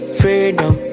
freedom